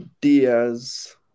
Diaz